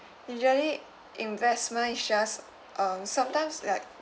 usually investment shares um sometimes like